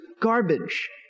garbage